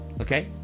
Okay